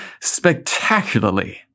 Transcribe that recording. spectacularly